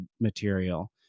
material